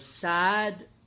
sad